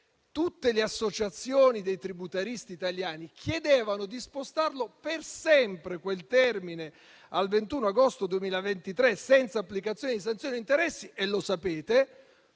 tutte le associazioni di tributaristi italiani - di spostare per sempre quel termine al 21 agosto 2023, senza l'applicazione di sanzioni o interessi, e lo sapete.